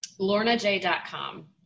LornaJ.com